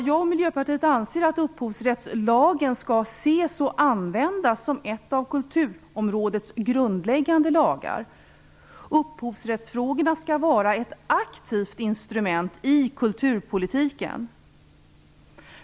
Jag och Miljöpartiet anser att upphovsrättslagen skall ses och användas som ett av kulturområdets grundläggande lagar. Upphovsrättsfrågorna skall vara ett aktivt instrument i kulturpolitiken.